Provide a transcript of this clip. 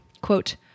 quote